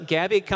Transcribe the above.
Gabby